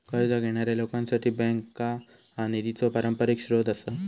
कर्ज घेणाऱ्या लोकांसाठी बँका हा निधीचो पारंपरिक स्रोत आसा